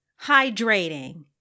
hydrating